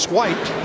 White